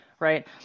Right